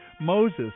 Moses